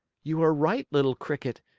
you are right, little cricket,